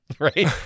right